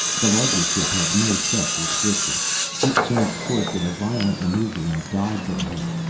the larger ship had no such restrictions. it changed course with a violent maneuver and dived on him.